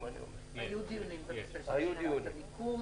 אם היו --- היו דיונים בנושא של שיטת הניקוד,